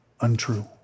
untrue